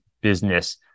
business